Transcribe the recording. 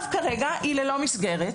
כרגע היא ללא מסגרת.